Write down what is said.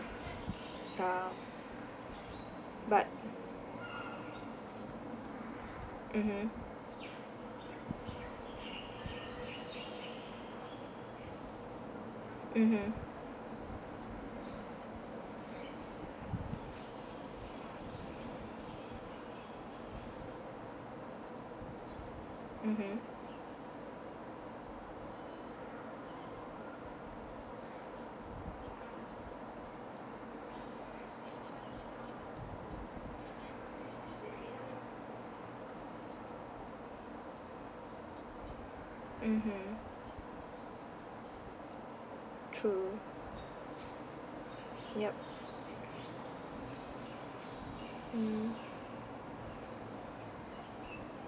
ya but mmhmm mmhmm mmhmm mmhmm true yup mm